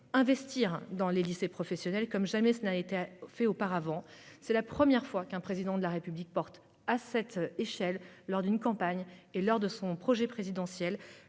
investir dans les lycées professionnels comme jamais auparavant. C'est la première fois qu'un Président de la République apporte un tel soutien, lors d'une campagne et dans son projet présidentiel,